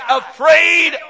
afraid